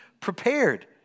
prepared